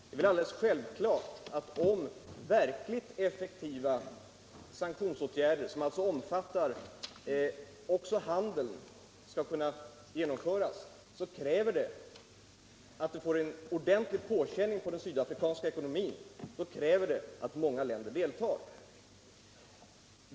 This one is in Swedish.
Det är väl alldeles självklart, att om verkligt effektiva sank tionsåtgärder, som alltså omfattar även handel, skall kunna genomföras, Nr 48 krävs det att det blir en ordentlig påfrestning för den sydafrikanska ekonomin, vilket i sin tur kräver att många länder deltar.